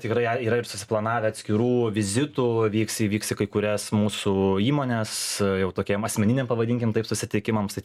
tikrai yra ir susiplanavę atskirų vizitų vyks į vyks į kai kurias mūsų įmones jau tokiem asmeniniam pavadinkim taip susitikimams tai